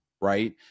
right